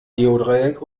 geodreieck